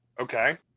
Okay